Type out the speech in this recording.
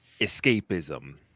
escapism